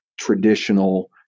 traditional